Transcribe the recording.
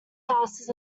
classes